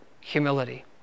humility